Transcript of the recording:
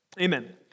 Amen